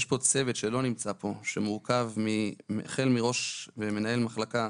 יש פה צוות שלא נמצא פה, החל מראש ומנהל מחלקה,